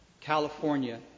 California